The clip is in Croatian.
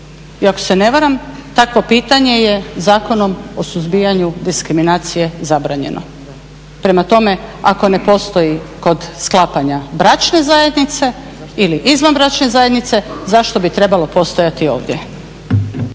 I ako se ne varam takvo pitanje je Zakonom o suzbijanju diskriminacije zabranjeno. Prema tome, ako ne postoji kod sklapanja bračne zajednice ili izvanbračne zajednice zašto bi trebalo postojati ovdje.